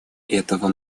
этого